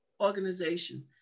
organization